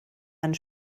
einen